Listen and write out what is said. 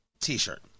t-shirt